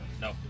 No